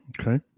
Okay